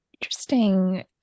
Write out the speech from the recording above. Interesting